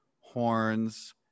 horns